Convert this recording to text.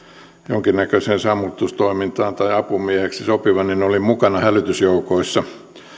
jonkinnäköiseen sammutustoimintaan tai apumieheksi sopiva olin mukana hälytysjoukoissa